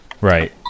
Right